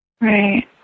right